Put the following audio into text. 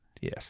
Yes